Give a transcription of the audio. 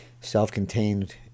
self-contained